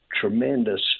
tremendous